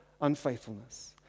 unfaithfulness